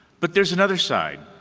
but there's another side.